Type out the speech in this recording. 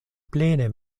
plene